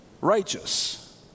righteous